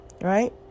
right